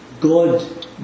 God